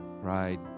Pride